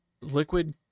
Liquid